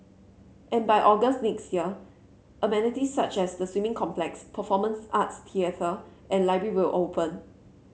and by August next year amenities such as the swimming complex performance arts theatre and library will open